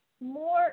more